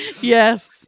yes